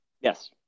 yes